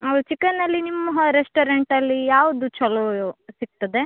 ಹೌದ್ ಚಿಕನ್ನಿನಲ್ಲಿ ನಿಮ್ಮ ರೆಸ್ಟೋರೆಂಟಲ್ಲಿ ಯಾವುದು ಛಲೋ ಸಿಗ್ತದೆ